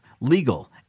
legal